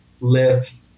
live